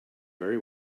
very